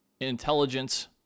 intelligence